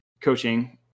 coaching